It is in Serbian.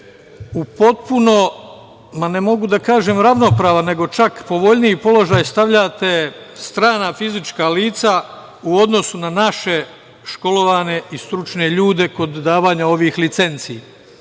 u potpuno, ne mogu da kažem ravnopravan, nego čak povoljniji položaj stavljate strana fizička lica u odnosu na naše školovane i stručne ljude kod davanja ovih licenci.